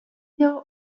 hier